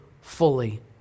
fully